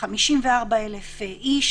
54,000 איש.